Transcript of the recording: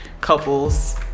couples